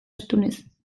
astunez